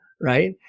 right